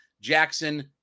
Jackson